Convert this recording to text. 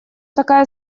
такая